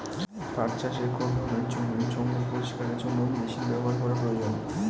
পাট চাষে কোন ধরনের জমির জঞ্জাল পরিষ্কারের জন্য মেশিন ব্যবহার করা প্রয়োজন?